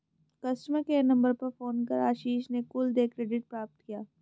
customer care number पर phone कर आशीष ने कुल देय क्रेडिट प्राप्त किया